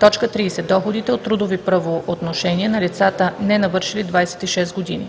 „30. доходите от трудови правоотношения на лицата ненавършили 26 години.“